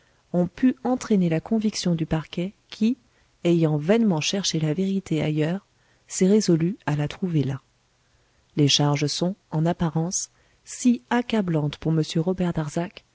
ont pu entraîner la conviction du parquet qui ayant vainement cherché la vérité ailleurs s'est résolu à la trouver là les charges sont en apparence si accablantes pour m robert darzac